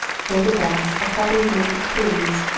further back a couple of naked coolies,